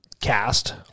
cast